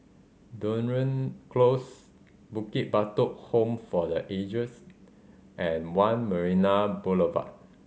Dunearn Close Bukit Batok Home for the Ages and One Marina Boulevard